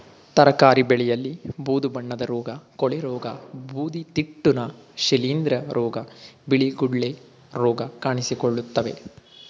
ತರಕಾರಿ ಬೆಳೆಯಲ್ಲಿ ಬೂದು ಬಣ್ಣದ ರೋಗ, ಕೊಳೆರೋಗ, ಬೂದಿತಿಟ್ಟುನ, ಶಿಲಿಂದ್ರ ರೋಗ, ಬಿಳಿ ಗುಳ್ಳೆ ರೋಗ ಕಾಣಿಸಿಕೊಳ್ಳುತ್ತವೆ